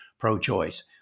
pro-choice